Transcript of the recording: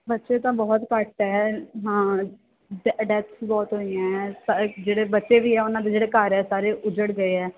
ਬਚੇ ਤਾਂ ਬਹੁਤ ਘੱਟ ਹੈ ਹਾਂ ਡੈਥਸ ਬਹੁਤ ਹੋਈਆ ਹੈ ਜਿਹੜੇ ਬਚੇ ਵੀ ਹੈ ਉਹਨਾਂ ਦੇ ਜਿਹੜੇ ਘਰ ਹੈ ਸਾਰੇ ਉੱਜੜ ਗਏ ਹੈ